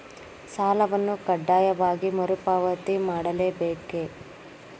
ಸಾಲವನ್ನು ಕಡ್ಡಾಯವಾಗಿ ಮರುಪಾವತಿ ಮಾಡಲೇ ಬೇಕೇ?